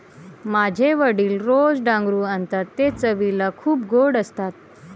माझे वडील रोज डांगरू आणतात ते चवीला खूप गोड असतात